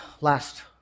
last